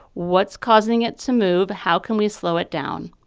what's causing it to move? how can we slow it down?